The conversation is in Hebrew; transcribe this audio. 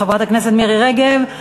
חברת הכנסת מירי רגב.